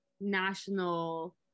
national